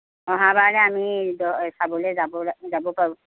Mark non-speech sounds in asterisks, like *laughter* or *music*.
অহাবাৰলৈ আমি *unintelligible* খাবলৈ যাবলৈ যাব পাৰোঁ